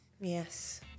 Yes